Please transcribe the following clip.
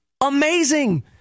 amazing